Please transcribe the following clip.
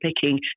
picking